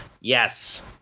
Yes